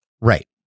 Right